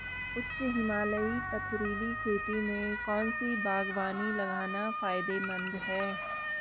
उच्च हिमालयी पथरीली खेती में कौन सी बागवानी लगाना फायदेमंद है?